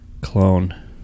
clone